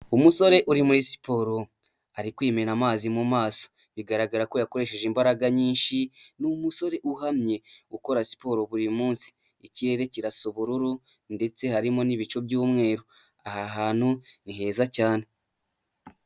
Umusore uri muri siporo ari kwimena amazi mu maso bigaragara ko yakoresheje imbaraga nyinshi, n'umusore uhamye ukora siporo buri munsi ikirere kirasa ubururu ndetse harimo n'ibicu by'umweru, aha hantu ni heza cyane.